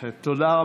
שאלה קטנה.